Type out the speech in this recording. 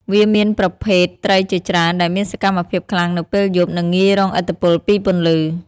វាមានប្រភេទត្រីជាច្រើនដែលមានសកម្មភាពខ្លាំងនៅពេលយប់ និងងាយរងឥទ្ធិពលពីពន្លឺ។